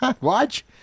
Watch